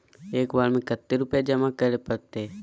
एक बार में कते रुपया जमा करे परते?